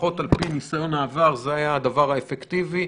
לפחות על-פי ניסיון העבר, זה היה הדבר האפקטיבי.